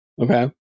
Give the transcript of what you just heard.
Okay